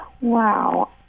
wow